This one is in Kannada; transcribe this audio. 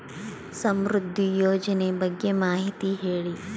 ಸಮೃದ್ಧಿ ಯೋಜನೆ ಬಗ್ಗೆ ಮಾಹಿತಿ ಹೇಳಿ?